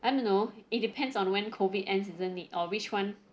I don't know it depends on when COVID ends isn't it or which [one]